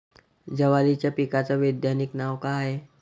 जवारीच्या पिकाचं वैधानिक नाव का हाये?